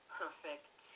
perfect